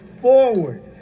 forward